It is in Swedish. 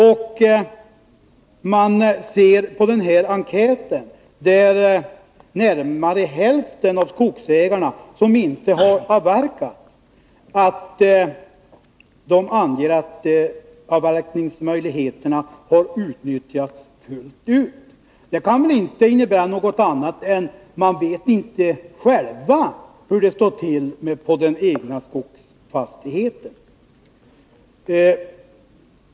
Ser man på den nämnda enkäten, finner man att närmare hälften av de skogsägare som inte avverkat ändå har angivit att avverkningsmöjligheterna utnyttjats fullt ut. Det kan väl inte innebära något annat än att man själv inte vet hur det står till på den egna skogsfastigheten.